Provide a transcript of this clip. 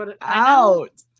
out